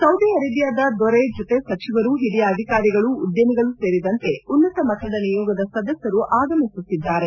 Saudi ಅರೇಬಿಯಾದ ದೊರೆ ಜತೆ ಸಚಿವರು ಹಿರಿಯ ಅಧಿಕಾರಿಗಳು ಉದ್ಯಮಿಗಳು ಸೇರಿದಂತೆ ಉನ್ನತ ಮಟ್ಟದ ನಿಯೋಗದ ಸದಸ್ಯರು ಆಗಮಿಸುತ್ತಿದ್ದಾರೆ